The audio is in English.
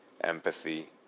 empathy